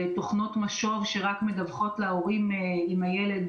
לתוכנות משוב שרק מדווחות להורים אם הילד